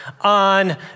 on